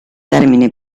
termine